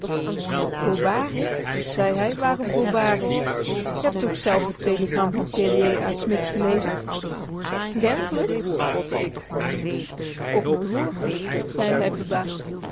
voorbarig zei hij waarom voorbarig k heb toch zelf t telegram van périer aan smit gelezen werkelijk spotte ik op m'n woord zei hij verbaasd